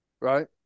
right